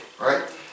right